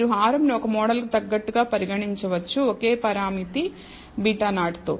మీరు హారం ను ఒక మోడల్కు తగినట్లుగా పరిగణించవచ్చు ఓకే పరామితి β0 తో